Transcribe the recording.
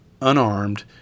unarmed